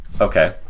okay